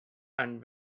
and